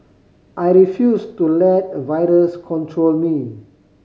I refused to let a virus control me